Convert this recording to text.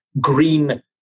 green